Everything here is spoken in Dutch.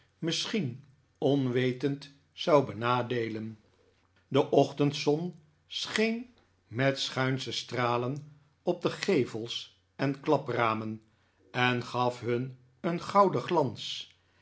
misschien onwetend zou benadeelen de ochtendzon scheen met schuinsche stralen op de gevels en klapramen en gaf hun een gouden glans